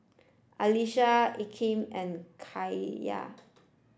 Alisha Akeem and Kaiya